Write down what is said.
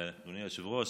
אדוני היושב-ראש,